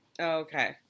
Okay